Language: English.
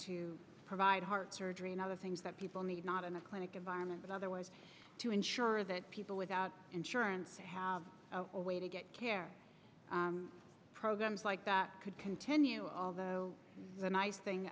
to provide heart surgery and other things that people need not in a clinic environment but other ways to ensure that people without insurance have a way to get care programs like that could continue although the nice thing